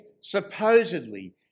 supposedly